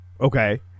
Okay